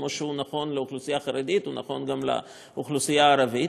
כמו שהוא נכון לאוכלוסייה החרדית הוא גם נכון לאוכלוסייה הערבית,